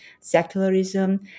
secularism